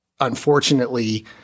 Unfortunately